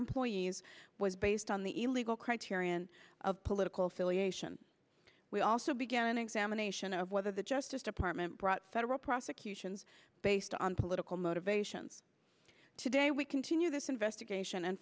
employees was based on the legal criterion of political filiation we also began an examination of whether the justice department brought federal prosecutions based on political motivations today we continue this investigation and